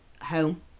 home